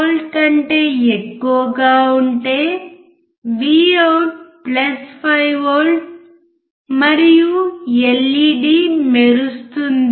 5V కంటే ఎక్కువగా ఉంటే Vout 5 V మరియు ఎల్ఈడి మెరుస్తుంది